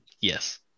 Yes